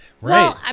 Right